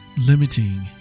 limiting